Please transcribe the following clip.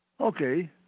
Okay